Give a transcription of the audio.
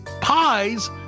pies